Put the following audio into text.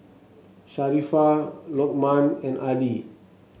Sharifah Lokman and Adi